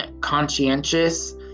conscientious